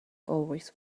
always